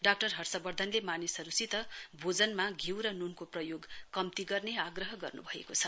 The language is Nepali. डाक्टर हर्षबर्धनले मानिसहरूसित भोजनमा ध्यू र नूनको प्रयोग कम्ती गर्ने आग्रह गर्नुभएको छ